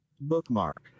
bookmark